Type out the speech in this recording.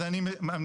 אז אני מסכם.